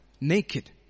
naked